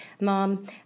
mom